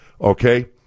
okay